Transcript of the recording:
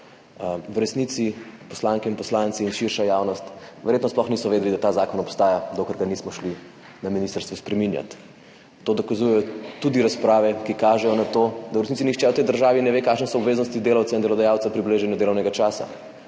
V resnici poslanke in poslanci in širša javnost verjetno sploh niso vedeli, da ta zakon obstaja, dokler ga nismo začeli na ministrstvu spreminjati. To dokazujejo tudi razprave, ki kažejo na to, da v resnici nihče v tej državi ne ve, kakšne so obveznosti delavca in delodajalca pri beleženju delovnega časa.